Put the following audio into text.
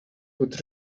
would